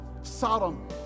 Sodom